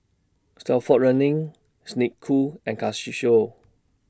Stalford Learning Snek Ku and Casio